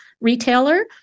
retailer